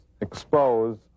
expose